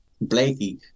Blakey